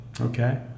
Okay